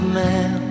man